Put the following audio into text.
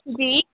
जी